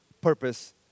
purpose